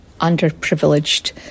underprivileged